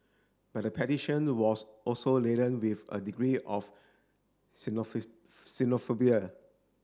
but the petition was also laden with a degree of xenophobia